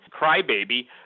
crybaby